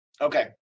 Okay